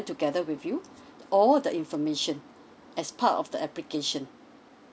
together with you all the information as part of the application